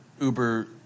Uber